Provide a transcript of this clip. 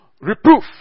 reproof